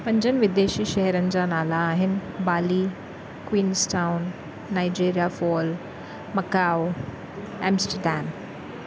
पंजनि विदेशी शहरनि जा नाला आहिनि Bali Queenstown Niagara fall Macao Amsterdam